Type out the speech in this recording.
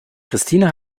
christine